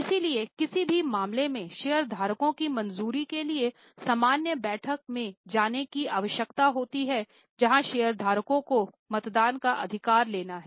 इसलिए किसी भी मामले में शेयरधारकों की मंजूरी के लिए सामान्य बैठक में जाने की आवश्यकता होती है जहां शेयरधारकों को मतदान का अधिकार लेना है